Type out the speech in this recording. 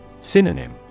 Synonym